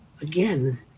again